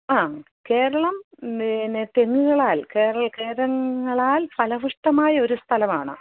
ആ കേരളം തെങ്ങുകളാൽ കേരള കേരങ്ങളാൽ ഫലഭൂയിഷ്ടമായ ഒരു സ്ഥലമാണ്